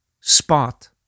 spot